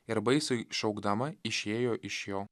ir baisiai šaukdama išėjo iš jo